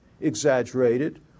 exaggerated